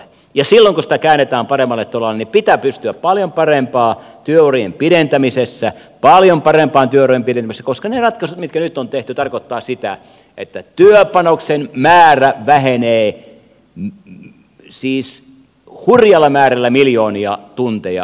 silloin kun sitä käännetään paremmalle tolalle pitää pystyä paljon parempaan työurien pidentämisessä paljon parempaan työurien pidentämisessä koska ne ratkaisut mitkä nyt on tehty tarkoittavat sitä että työpanoksen määrä vähenee siis hurjalla määrällä miljoonia tunteja vuodessa